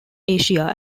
asia